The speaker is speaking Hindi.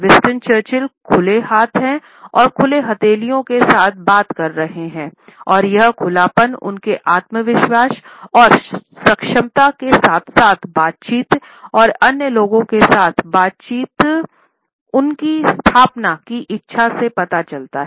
विंस्टन चर्चिल खुले हाथ और खुले हथेलियों के साथ बात कर रहे है और यह खुलपन उनके आत्मविश्वास और क्षमता के साथ साथ बातचीत और अन्य लोगों के साथ बातचीत उनकी स्थापना की इच्छा से पता चलता है